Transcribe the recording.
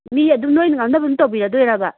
ꯃꯤ ꯑꯗꯨꯝ ꯅꯣꯏꯅ ꯉꯥꯡꯅꯕ ꯑꯗꯨꯝ ꯇꯧꯕꯤꯔꯗꯣꯏꯔꯕ